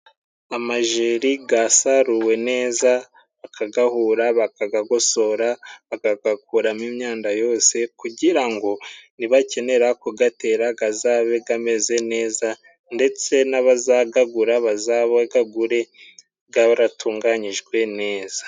Amajeri gasaruwe neza, bakagahura, bakagagosora, bakagakuramo imyanda yose, kugira ngo nibakenera kugatera, gazabe gameze neza ndetse n'abazagagura bazagagure garatunganyijwe neza.